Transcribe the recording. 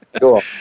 Cool